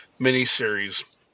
miniseries